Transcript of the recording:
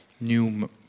new